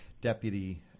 Deputy